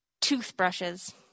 Toothbrushes